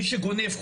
מי שגונב,